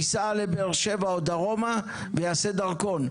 ייסע לבאר שבע או דרומה ויעשה דרכון.